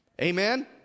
Amen